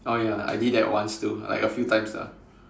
oh ya I did that once too like a few times lah